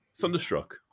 Thunderstruck